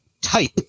type